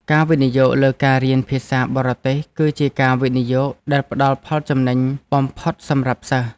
ការវិនិយោគលើការរៀនភាសាបរទេសគឺជាការវិនិយោគដែលផ្តល់ផលចំណេញបំផុតសម្រាប់សិស្ស។